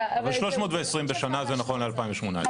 אבל 320 בשנה זה נכון ל-2018.